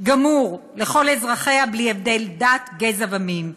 גמור לכל אזרחיה בלי הבדל דת, גזע ומין".